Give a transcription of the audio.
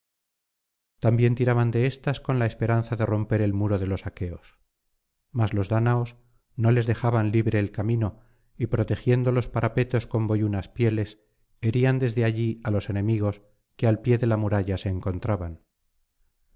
también tiraban de éstas con la esperanza de romper el muro de los aqueos mas los dáñaos no les dejaban libre el camino y protegiendo los parapetos con boyunas pieles herían desde allí á los enemigos que al píe de la muralla se encontraban